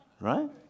right